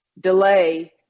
delay